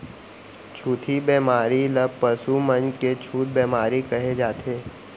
छुतही बेमारी ल पसु मन के छूत बेमारी कहे जाथे